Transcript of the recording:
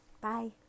Bye